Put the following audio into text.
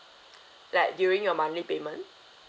like during your monthly payment